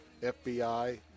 FBI